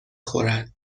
خورد